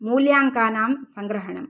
मूल्याङ्कानां सङ्ग्रहणम्